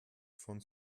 von